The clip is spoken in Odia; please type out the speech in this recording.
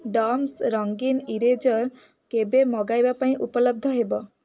ଡମ୍ସ୍ ରଙ୍ଗୀନ ଇରେଜର୍ କେବେ ମଗାଇବା ପାଇଁ ଉପଲବ୍ଧ ହେବ